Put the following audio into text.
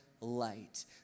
light